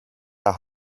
der